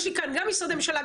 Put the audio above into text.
יש לי כאן גם משרדי ממשלה,